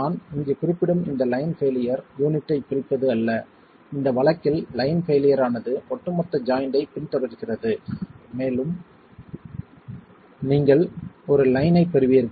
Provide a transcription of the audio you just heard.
நான் இங்கு குறிப்பிடும் இந்த லைன் பெயிலியர் யூனிட் ஐப் பிரிப்பது அல்ல இந்த வழக்கில் லைன் பெயிலியர் ஆனது மொத்த பெட் ஜாயிண்ட் ஐ பின்தொடர்கிறது மேலும் நீங்கள் ஒரு லைன் ஐப் பெறுவீர்கள்